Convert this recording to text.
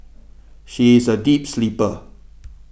she is a deep sleeper